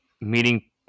meeting